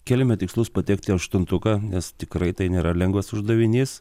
kėlėme tikslus patekti į aštuntuką nes tikrai tai nėra lengvas uždavinys